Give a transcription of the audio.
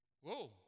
Whoa